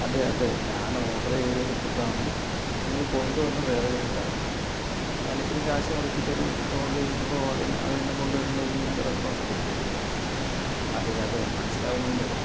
അതേ അതേ ഞാൻ ഓർഡർ ചെയ്തൊരു ഫുഡാണ് നിങ്ങൾ കൊണ്ടുവന്നത് വേറൊരു ഫുഡാണ് ഞാനിത്രയും കാശ് മുടക്കിയിട്ടൊരു ഫുഡ് ഓർഡർ ചെയ്യുമ്പോൾ അതിന് അതുതന്നെ കൊണ്ടുവരേണ്ടത് നിങ്ങളുടെ റെസ്പോൺസിബിലിറ്റി അല്ലേ അതേ അതേ മനസ്സിലാവുന്നുണ്ട്